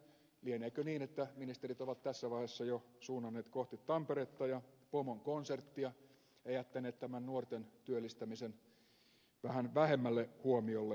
lieneekö niin että ministerit ovat tässä vaiheessa suunnanneet jo kohti tamperetta ja pomon konserttia ja jättäneet tämän nuorten työllistämisen vähän vähemmälle huomiolle